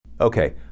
Okay